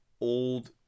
old